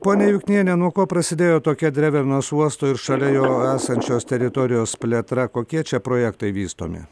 ponia jukniene nuo ko prasidėjo tokia drevernos uosto ir šalia jo esančios teritorijos plėtra kokie čia projektai vystomi